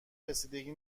رسیدگی